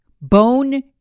bone